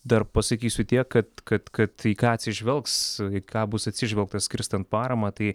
dar pasakysiu tiek kad kad kad į ką atsižvelgs į ką bus atsižvelgta skirstant paramą tai